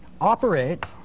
operate